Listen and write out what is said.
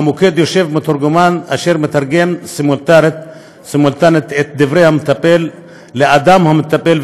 במוקד יושב מתורגמן ומתרגם סימולטנית את דברי המטפל לאדם המטופל,